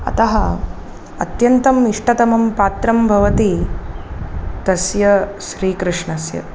अतः अत्यन्तम् इष्टतमं पात्रं भवति तस्य श्रीकृष्णस्य